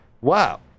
wow